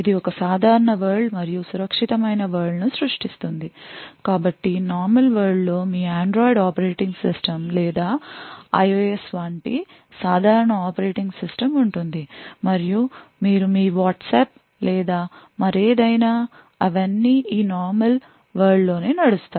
ఇది ఒక సాధారణ వరల్డ్ మరియు సురక్షితమైన వరల్డ్సృష్టిస్తుంది కాబట్టి నార్మల్ వరల్డ్ లో మీ Android ఆపరేటింగ్ సిస్టమ్ లేదా IOS వంటి సాధారణ ఆపరేటింగ్ సిస్టమ్ ఉంటుంది మరియు మీరు మీ వాట్సాప్ లేక మరేదైనా అవన్నీ ఈ నార్మల్ వరల్డ్ లోనడుస్తాయి